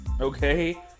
okay